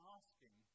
asking